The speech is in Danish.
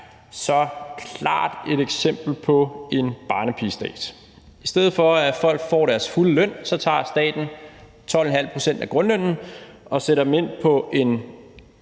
så klart et eksempel på en barnepigestat. I stedet for at folk får deres fulde løn, tager staten 12,5 pct. af grundlønnen og sætter pengene ind på en